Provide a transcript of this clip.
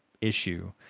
issue